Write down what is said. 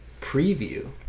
preview